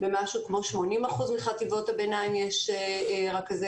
במשהו כמו 80 אחוזים מחטיבות הביניים כאשר הרכזים